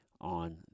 on